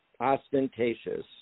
ostentatious